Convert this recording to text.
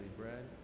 bread